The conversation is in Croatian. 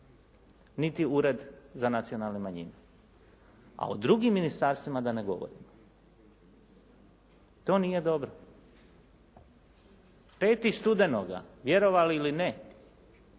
niti Ured za nacionalne manjine, a o drugim ministarstvima da ne govorim. To nije dobro. 5. studenoga vjerovali ili ne